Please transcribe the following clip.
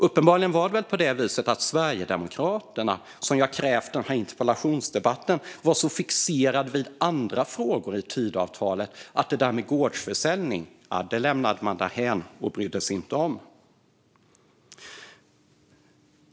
Uppenbarligen var Sverigedemokraterna, som har krävt denna interpellationsdebatt, så fixerade vid andra frågor i Tidöavtalet att de lämnade gårdsförsäljningen därhän och inte brydde sig om det.